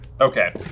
Okay